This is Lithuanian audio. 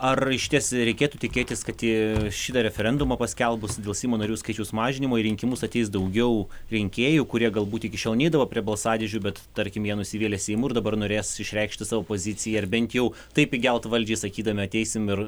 ar išties reikėtų tikėtis kad į šitą referendumą paskelbus dėl seimo narių skaičiaus mažinimo į rinkimus ateis daugiau rinkėjų kurie galbūt iki šiol neidavo prie balsadėžių bet tarkim jie nusivylę seimu ir dabar norės išreikšti savo poziciją ir bent jau taip įgelt valdžiai sakydami ateisim ir